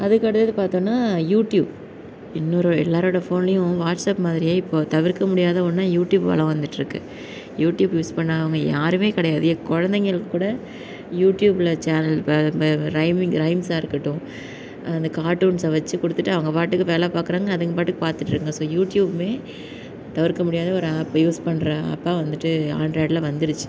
அதுக்கு அடுத்தது பார்த்தோன்னா யூடியூப் இன்னொரு எல்லாரோடய ஃபோன்லையும் வாட்ஸப் மாதிரியே இப்போ தவிர்க்க முடியாத ஒன்றா யூடியூப் வலம் வந்துட்டு இருக்குது யூடியூப் யூஸ் பண்ணாமல் யாருமே கிடையாது ஏன் குழந்தைங்களுக்கு கூட யூடியூப்பில் சேனல் ரைமிங் ரைம்ஸ்ஸாக இருக்கட்டும் அந்த கார்டூன்ஸை வச்சு கொடுத்துட்டு அவங்க பாட்டுக்கு வேலை பார்க்குறாங்க அதுங்க பாட்டுக்கு பார்த்துட்டு இருக்குங்க ஸோ யூடியூப்பும் தவிர்க்க முடியாத ஒரு ஆப்பு யூஸ் பண்ணுற ஆப்பாக வந்துட்டு ஆண்ட்ராய்டில் வந்திருச்சு